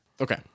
Okay